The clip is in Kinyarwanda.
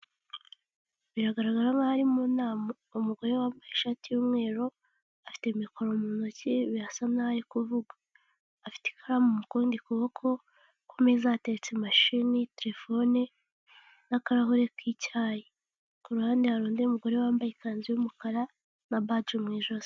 Biragaragara nkaho ari mu nama, umugore wambaye ishati y'umweru afite mikoro mu ntoki birasa naho ari kuvuga, afite ikaramu mu kundi kuboko ku meza hateretse mashini, telefone n'akarahure k'icyayi, ku ruhande hari undi mugore wambaye ikanzu y'umukara na baji mu ijosi.